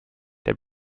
der